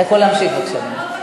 אתה יכול להמשיך, בבקשה.